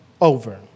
over